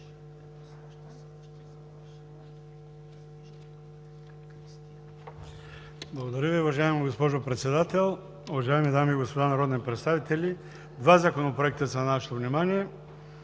Благодаря Ви, уважаема госпожо Председател! Уважаеми дами и господа народни представители! Два законопроекта са на нашето внимание